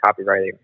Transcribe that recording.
copywriting